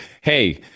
Hey